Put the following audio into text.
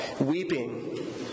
weeping